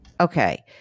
okay